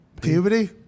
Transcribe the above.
Puberty